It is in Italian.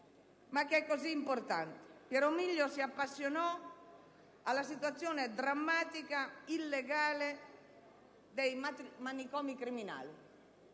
ma che è molto importante. Piero Milio si appassionò alla situazione drammatica e illegale dei manicomi criminali.